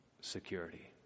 security